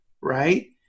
Right